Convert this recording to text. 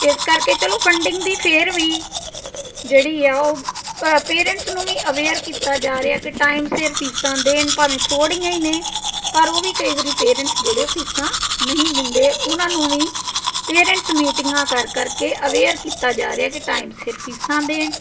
ਇਸ ਕਰਕੇ ਚਲੋ ਫੰਡਿੰਗ ਦੀ ਫੇਰ ਵੀ ਜਿਹੜੀ ਆ ਉਹ ਪੇਰੈਂਟਸ ਨੂੰ ਵੀ ਅਵੇਅਰ ਕੀਤਾ ਜਾ ਰਿਹਾ ਕਿ ਟਾਈਮ ਸਿਰ ਫੀਸਾਂ ਦੇਣ ਭਾਵੇਂ ਥੋੜ੍ਹੀਆਂ ਹੀ ਨੇ ਪਰ ਉਹ ਵੀ ਕਈ ਵਾਰੀ ਪੇਰੈਂਟਸ ਜਿਹੜੇ ਉਹ ਫੀਸਾਂ ਨਹੀਂ ਦਿੰਦੇ ਉਹਨਾਂ ਨੂੰ ਵੀ ਪੇਰੈਂਟਸ ਮੀਟਿੰਗਾਂ ਕਰ ਕਰ ਕੇ ਅਵੇਅਰ ਕੀਤਾ ਜਾ ਰਿਹਾ ਕਿ ਟਾਈਮ ਸਿਰ ਫੀਸਾਂ ਦੇਣ